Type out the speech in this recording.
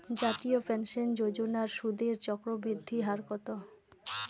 জাতীয় পেনশন যোজনার সুদের চক্রবৃদ্ধি হার কত?